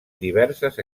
diverses